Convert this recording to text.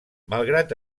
malgrat